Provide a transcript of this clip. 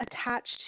attached